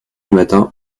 matin